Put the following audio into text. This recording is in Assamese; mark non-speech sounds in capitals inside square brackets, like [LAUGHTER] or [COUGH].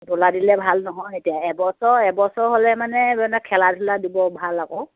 চোলা দিলে ভাল নহয় এতিয়া এবছৰ এবছৰ হ'লে মানে [UNINTELLIGIBLE] খেলা ধূলা দিব ভাল আকৌ